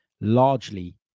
largely